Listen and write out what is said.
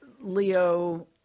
Leo